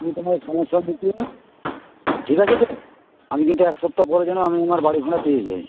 তুমি তোমার সমস্যা মিটিয়ে ঠিক আছে তো আমি কিন্তু এক সপ্তাহ পরে যেন আমি আমার বাড়ি ভাড়া পেয়ে যাই